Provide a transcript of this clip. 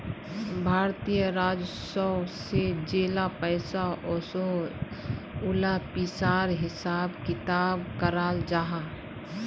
भारतीय राजस्व से जेला पैसा ओसोह उला पिसार हिसाब किताब कराल जाहा